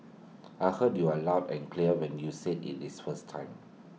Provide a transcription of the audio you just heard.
I heard you aloud and clear when you said IT in this first time